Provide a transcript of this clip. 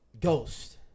Ghost